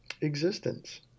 existence